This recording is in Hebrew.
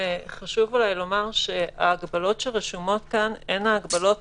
חשוב לומר שההגבלות שרשומות כאן הן ההגבלות